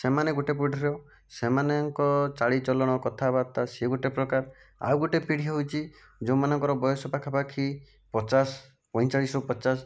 ସେମାନେ ଗୋଟିଏ ପିଢ଼ୀର ସେମାନଙ୍କ ଚାଲିଚଳନ କଥାବାର୍ତ୍ତା ସେ ଗୋଟେ ପ୍ରକାର ଆଉ ଗୋଟେ ପିଢ଼ୀ ହେଉଛି ଯେଉଁମାନଙ୍କର ବୟସ ପାଖାପାଖି ପଚାଶ ପଇଁଚାଳିଶରୁ ପଚାଶ